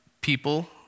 people